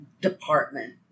department